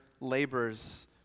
labors